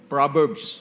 Proverbs